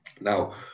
Now